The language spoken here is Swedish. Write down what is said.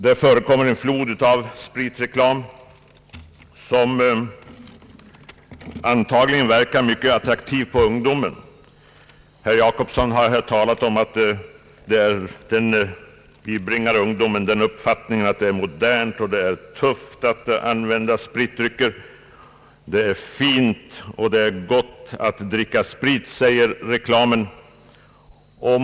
Det förekommer en flod av spritreklam som antagligen verkar mycket attraktiv på ungdomen. Herr Jacobsson har här talat om att reklamen ger ungdomen det intrycket, att det är »modernt och tufft att använda spritdrycker». Det är »fint och det är gott att dricka sprit», säger reklamen.